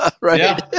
Right